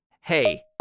Hey